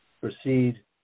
proceed